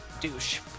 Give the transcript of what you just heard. douche